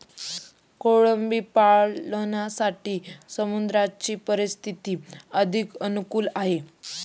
कोळंबी पालनासाठी समुद्राची परिस्थिती अधिक अनुकूल आहे